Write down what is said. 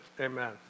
Amen